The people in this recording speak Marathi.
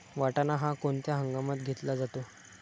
वाटाणा हा कोणत्या हंगामात घेतला जातो?